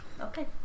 Okay